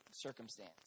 Circumstance